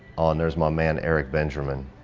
um there is my man, eric benjamin